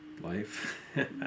life